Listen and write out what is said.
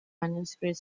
manuscript